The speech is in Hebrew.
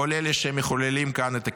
כל אלה שמחוללים כאן את הקדמה,